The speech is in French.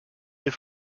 les